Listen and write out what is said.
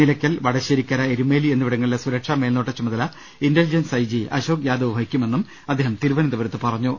Nilakkal Vadasserikkara Erumeli എന്നിവിടങ്ങളിലെ സുരക്ഷാമേൽനോട്ട ചുമതല ഇന്റലിജൻസ് ഐ ജി അശോക് യാദവ് വഹിക്കുമെന്ന് അദ്ദേഹം തിരുവനന്തപുരത്ത് പറഞ്ഞു